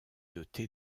doté